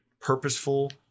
purposeful